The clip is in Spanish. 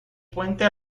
puente